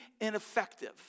ineffective